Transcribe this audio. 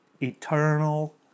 eternal